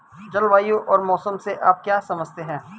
जलवायु और मौसम से आप क्या समझते हैं?